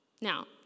Now